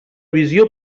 visió